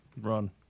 Run